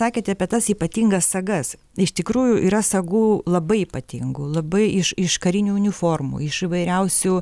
sakėte apie tas ypatingas sagas iš tikrųjų yra sagų labai ypatingų labai iš iš karinių uniformų iš įvairiausių